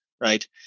right